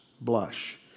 blush